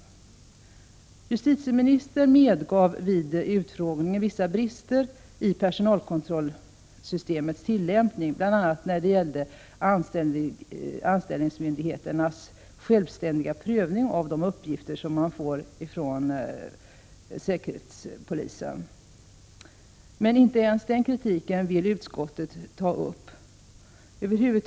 Justitieministern medgav vid utfrågningen vissa brister i personalkontrollsystemets tillämpning, bl.a. när det gäller anställningsmyndigheternas självständiga prövning av de uppgifter de får från säkerhetspolisen. Men inte ens den kritiken har utskottets majoritet velat ta upp.